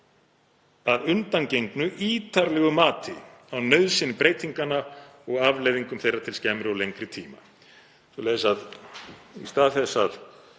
að undangengnu ítarlegu mati á nauðsyn breytinganna og afleiðingum þeirra til skemmri og lengri tíma. Í stað þess að